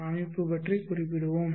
அமைப்பு பற்றி குறிப்பிடுவோம்